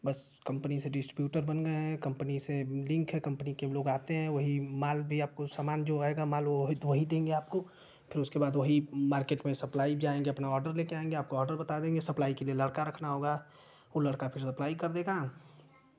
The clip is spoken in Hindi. बस कम्पनी से डिस्ट्रीब्यूटर बन गए हैं कम्पनी से लिन्क है कम्पनी से लोग आते हैं वही माल भी आपको सामान जो आएगा माल वह वही वही देंगे आपको फिर उसके बाद वही मार्केट में सप्लाई जाएँगे अपना ऑर्डर लेकर आएँगे आपको ऑर्डर बता देंगे सप्लाई के लिए लड़का रखना होगा वह लड़का फिर सप्लाई कर देगा